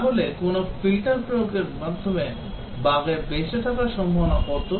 তাহলে কোনও ফিল্টার প্রয়োগের মাধ্যমে বাগের বেঁচে থাকার সম্ভাবনা কত